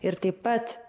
ir taip pat